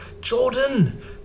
Jordan